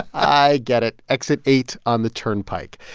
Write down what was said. i get it. exit eight on the turnpike.